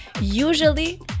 usually